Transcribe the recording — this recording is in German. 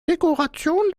dekoration